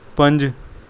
ਪੰਜ